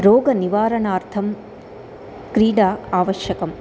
रोगनिवारणार्थं क्रीडा आवश्यकम्